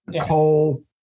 coal